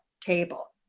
table